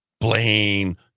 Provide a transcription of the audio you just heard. Blaine